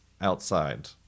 outside